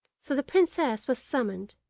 so the princess was summoned,